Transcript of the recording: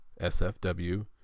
SFW